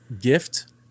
gift